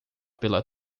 pela